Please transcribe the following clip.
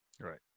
right